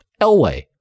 Elway